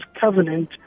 covenant